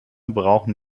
brauchen